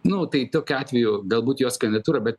nu tai tokiu atveju galbūt jos kandidatūra bet